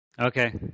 okay